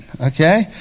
okay